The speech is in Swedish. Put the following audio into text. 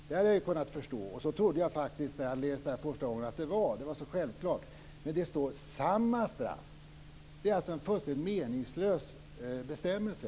Det hade jag kunnat förstå, och så trodde jag att det var när jag läste texten första gången. Det var för mig så självklart. Men det står "samma straff". Det är alltså en fullständigt meningslös bestämmelse.